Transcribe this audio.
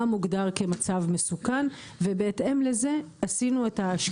מה מוגדר כמצב מסוכן ובהתאם לזה עשינו את ההקצאות.